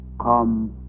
come